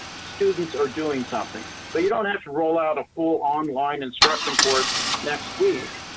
students are doing something. but you don't have to roll out a full online instruction course next week,